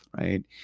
right